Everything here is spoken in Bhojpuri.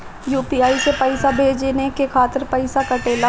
यू.पी.आई से पइसा भेजने के खातिर पईसा कटेला?